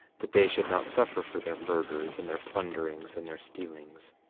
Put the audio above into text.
that they should not suffer for their murders, and their plunderings, and their stealings.